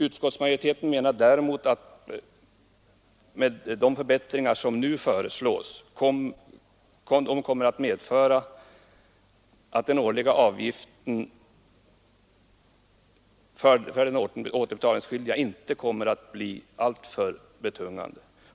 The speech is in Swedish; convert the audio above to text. Utskottsmajoriteten menar däremot att de förbättringar som nu föreslås kommer att medföra att den årliga avgiften för den återbetalningsskyldige inte kommer att bli alltför betungande.